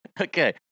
Okay